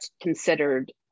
considered